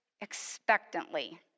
expectantly